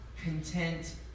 content